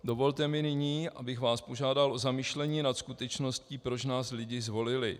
Dovolte mi nyní, abych vás požádal o zamyšlení nad skutečností, proč nás lidi zvolili.